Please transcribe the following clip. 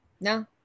No